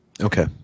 Okay